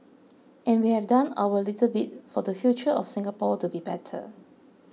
and we have done our little bit for the future of Singapore to be better